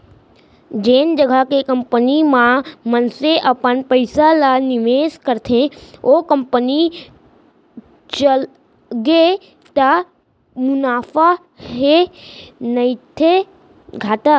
जेन जघा के कंपनी म मनसे अपन पइसा ल निवेस करथे ओ कंपनी चलगे त मुनाफा हे नइते घाटा